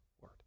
Word